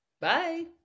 Bye